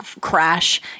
crash